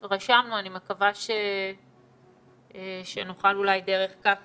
רשמנו, אני מקווה שנוכל אולי דרך כך